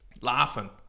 Laughing